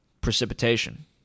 precipitation